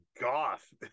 goth